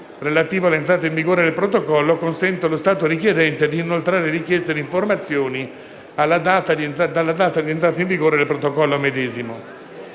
relativo all'entrata in vigore del Protocollo, consente allo Stato richiedente di inoltrare richieste di informazioni dalla data di entrata in vigore del Protocollo medesimo.